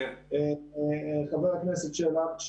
חבר הכנסת שלח,